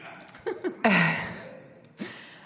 בואי נגיד, ולא עם ימינה.